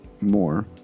more